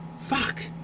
Fuck